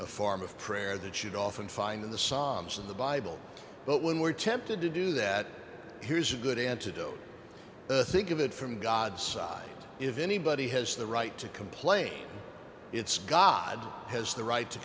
a form of prayer that should often find in the psalms in the bible but when we're tempted to do that here's a good antidote think of it from god's side if anybody has the right to complain it's god has the right to